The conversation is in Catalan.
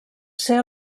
ser